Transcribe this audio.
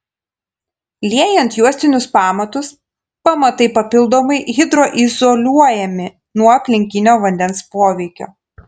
liejant juostinius pamatus pamatai papildomai hidroizoliuojami nuo aplinkinio vandens poveikio